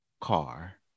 car